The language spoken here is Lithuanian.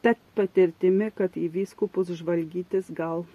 ta patirtimi kad į vyskupus žvalgytis gal